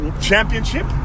championship